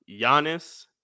Giannis